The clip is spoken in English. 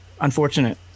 unfortunate